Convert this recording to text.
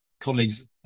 colleagues